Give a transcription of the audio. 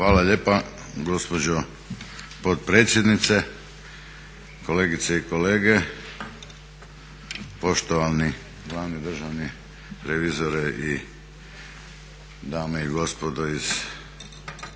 Hvala lijepa gospođo potpredsjednice. Kolegice i kolege, poštovani glavni državni revizore i dame i gospodo iz